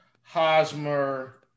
Hosmer